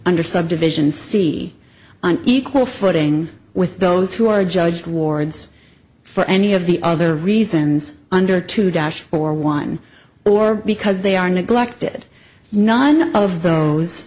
under subdivision see an equal footing with those who are judged wards for any of the other reasons under to dash for one or because they are neglected none of those